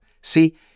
See